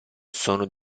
sono